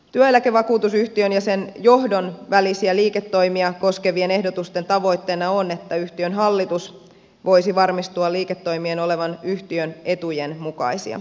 työeläkevakuutusyhtiön ja sen johdon välisiä liiketoimia koskevien ehdotusten tavoitteena on että yhtiön hallitus voisi varmistua liiketoimien olevan yhtiön etujen mukaisia